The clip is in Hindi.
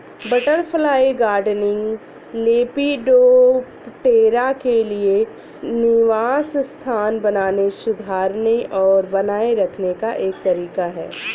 बटरफ्लाई गार्डनिंग, लेपिडोप्टेरा के लिए निवास स्थान बनाने, सुधारने और बनाए रखने का एक तरीका है